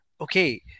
okay